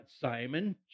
Simon